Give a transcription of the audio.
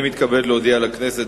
אני מתכבד להודיע לכנסת,